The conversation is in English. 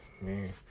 man